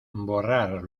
borrar